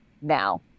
now